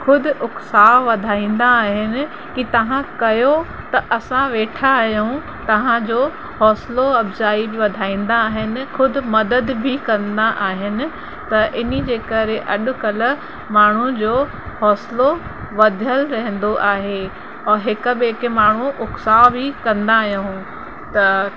ख़ुदि उत्साह वधाईंदा आहिनि कि तव्हां कयो त असां वेठा आहियूं तव्हांजो हौसलो अफ़ज़ाई वधाईंदा आहिनि ख़ुदि मदद बि कंदा आहिनि त इन जे करे अॼुकल्ह माण्हू जो हौसलो वधियलु रहंदो आहे औरि हिक ॿिए खे माण्हू उत्साह बि कंदा आहियूं त